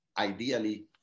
ideally